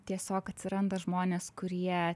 tiesiog atsiranda žmonės kurie